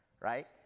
right